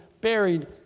buried